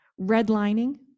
redlining